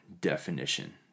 definition